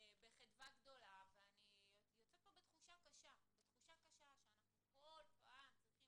בחדווה גדולה ואני יוצאת בתחושה קשה שאנחנו כל פעם צריכים